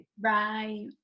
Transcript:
Right